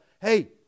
Hey